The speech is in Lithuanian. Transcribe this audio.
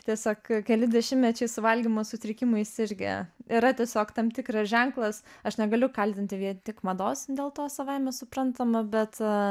tiesiog keli dešimtmečiai su valgymo sutrikimais irgi yra tiesiog tam tikras ženklas aš negaliu kaltinti vien tik mados dėl to savaime suprantama bet